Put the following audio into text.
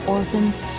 orphans,